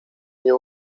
nie